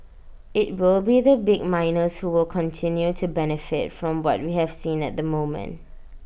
IT will be the big miners who will continue to benefit from what we have seen at the moment